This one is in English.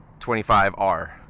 25R